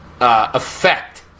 effect